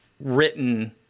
written